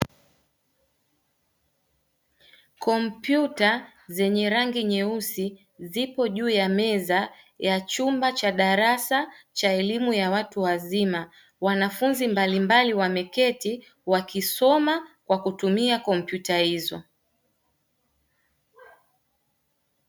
Kompyuta zenye rangi nyeusi zipo juu ya meza ya chumba cha darasa cha elimu ya watu wazima, wanafunzi mbalimbali wameketi wakisoma kwa kutumia kompyuta hizo.